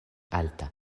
alta